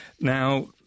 now